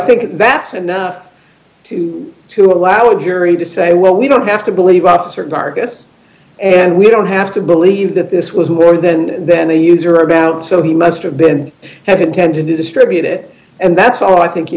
think that's enough to to allow a jury to say well we don't have to believe officer marcus and we don't have to believe that this was more than then a user about so he must have been have intended to distribute it and that's all i think you